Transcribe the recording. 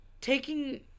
Taking